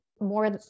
more